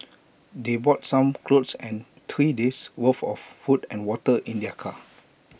they brought some clothes and three days' worth of food and water in their car